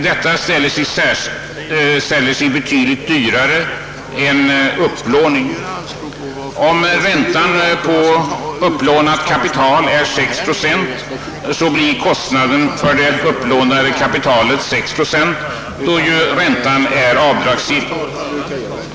Detta ställer sig betydligt dyrare än upplåning. Om räntan på upplånat kapital är 6 procent, blir kostnaderna för det upplånade kapitalet 6 procent, då räntan är avdragsgill.